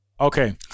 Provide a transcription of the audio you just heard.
Okay